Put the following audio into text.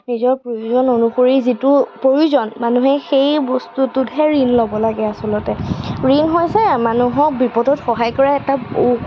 নিজৰ প্ৰয়োজন অনুসৰি যিটো প্ৰয়োজন মানুহে সেই বস্তুটোতহে ঋণ ল'ব লাগে আচলতে ঋণ হৈছে মানুহক বিপদত সহায় কৰা এটা